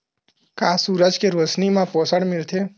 का सूरज के रोशनी म पोषण मिलथे?